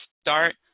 start